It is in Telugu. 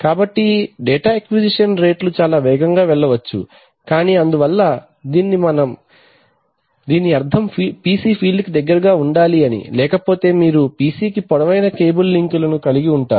కాబట్టి డేటా అక్విజిషన్ రేట్లు చాలా వేగంగా వెళ్ళవచ్చు కానీ అందువలన కానీ దీని అర్థం PC ఫీల్డ్కు దగ్గరగా ఉండాలి అని లేకపోతే మీరు PC కి పొడవైన కేబుల్ లింక్లను కలిగి ఉంటారు